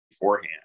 beforehand